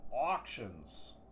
Auctions